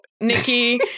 Nikki